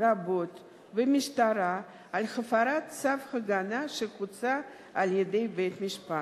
רבות במשטרה על הפרת צו הגנה שהוצא על-ידי בית-משפט.